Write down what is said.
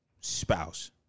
spouse